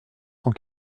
cent